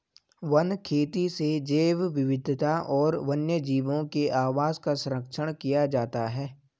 one खेती से जैव विविधता और वन्यजीवों के आवास का सरंक्षण किया जाता है